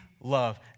love